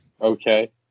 Okay